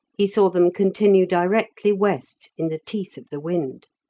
he saw them continue directly west in the teeth of the wind.